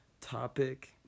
topic